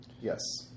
Yes